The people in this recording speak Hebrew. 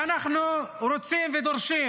ואנחנו רוצים ודורשים